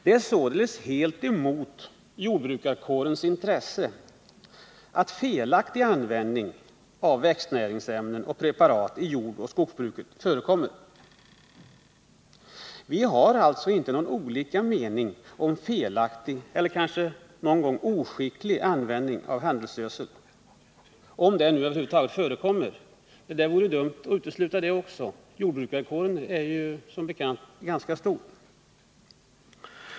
Det är således helt emot jordbrukarkårens intresse att felaktig användning av växtnäringsämnen och preparat i jordoch skogsbruket förekommer. Vi har alltså inte någon avvikande mening när det gäller felaktig eller kanske någon gång oskicklig användning av handelsgödsel. Det vore dumt att utesluta att sådant förekommer — det finns ändå rätt många jordbrukare.